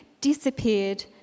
disappeared